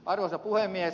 arvoisa puhemies